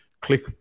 Click